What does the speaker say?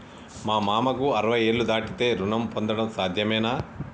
మా మామకు అరవై ఏళ్లు దాటితే రుణం పొందడం సాధ్యమేనా?